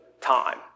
time